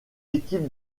équipe